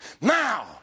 now